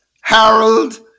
Harold